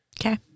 Okay